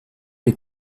est